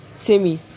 Timmy